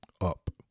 up